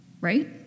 right